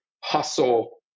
hustle